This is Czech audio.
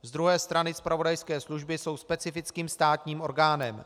Z druhé strany zpravodajské služby jsou specifickým státním orgánem.